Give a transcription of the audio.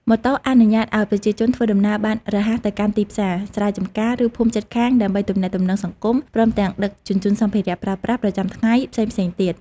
ម៉ូតូអនុញ្ញាតឱ្យប្រជាជនធ្វើដំណើរបានរហ័សទៅកាន់ទីផ្សារ ស្រែចម្ការ ឬភូមិជិតខាងដើម្បីទំនាក់ទំនងសង្គម ព្រមទាំងដឹកជញ្ជូនសម្ភារៈប្រើប្រាស់ប្រចាំថ្ងៃផ្សេងៗទៀត។